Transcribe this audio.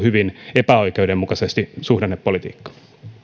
hyvin epäoikeudenmukaisesti suhdannepolitiikkaa